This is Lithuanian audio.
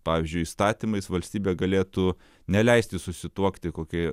pavyzdžiui įstatymais valstybė galėtų neleisti susituokti kokį